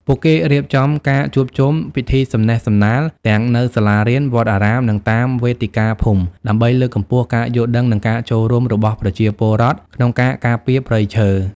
ពួកគេរៀបចំការជួបជុំ ពិធីសំណេះសំណាល ទាំងនៅសាលារៀន វត្តអារាម និងតាមវេទិកាភូមិ ដើម្បីលើកកម្ពស់ការយល់ដឹង និងការចូលរួមរបស់ប្រជាពលរដ្ឋក្នុងការការពារព្រៃឈើ។